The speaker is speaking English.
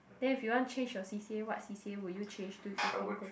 then if you want change your C_C_A what C_C_A would you change to if you can go back